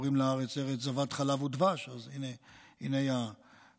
קוראים לארץ ארץ זבת חלב ודבש, אז הינה החלב.